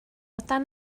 dan